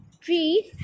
trees